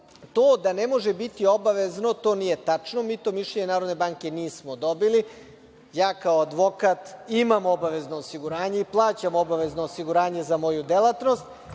to da ne može biti obavezno, to nije tačno, mi to mišljenje NBS nismo dobili. Ja, kao advokat imam obavezno osiguranje i plaćam obavezno osiguranje za moju delatnost.